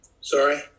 Sorry